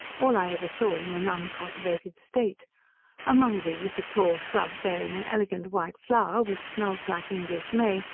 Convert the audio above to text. all i ever saw in an uncultivated state among these, a tall shrub, bearing an elegant white flower, which smells like english may,